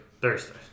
Thursday